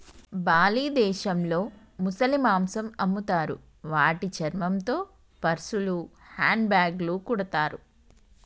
Bali దేశంలో ముసలి మాంసం అమ్ముతారు వాటి చర్మంతో పర్సులు, హ్యాండ్ బ్యాగ్లు కుడతారు